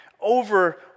over